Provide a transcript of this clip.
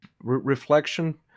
reflection